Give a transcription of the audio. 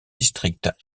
district